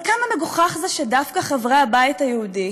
אבל כמה מגוחך זה שדווקא חברי הבית היהודי